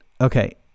Okay